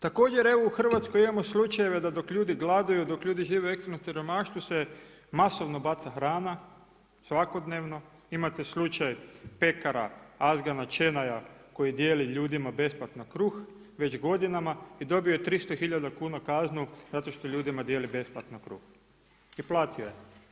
Također evo u Hrvatskoj imamo slučajeve da dok ljudi gladuju, dok ljudi žive, u ekstremnom siromaštvu se masovno baca hrana, svakodnevno mate slučaj pekara … koji dijeli ljudima besplatno kruh već godinama i dobio je 300 tisuća kuna kaznu zato što ljudima dijeli besplatno kruh i platio je.